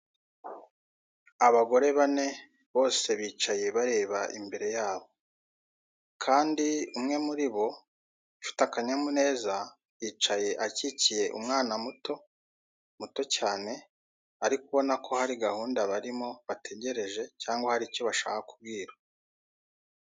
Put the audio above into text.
Abagore bane bose bicaye bareba imbere y'abo kandi umwe muri bo ufite akanyamuneza yicaye akikiye umwana muto muto cyane ariko ubona ko hari gahunda barimo bategereje cyangwa haricyo bashaka ku bwira.